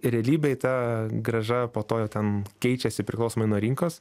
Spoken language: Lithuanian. realybėj ta grąža po to jau ten keičiasi priklausomai nuo rinkos